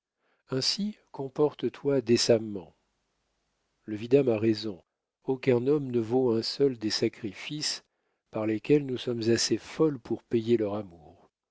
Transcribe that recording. ainsi comporte toi décemment le vidame a raison aucun homme ne vaut un seul des sacrifices par lesquels nous sommes assez folles pour payer leur amour